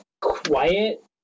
quiet